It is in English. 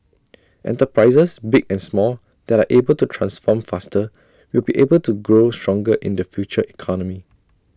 enterprises big and small that are able to transform faster will be able to grow stronger in the future economy